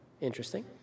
Interesting